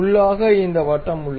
உள்ளாக இந்த வட்டம் உள்ளது